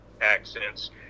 accents